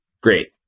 great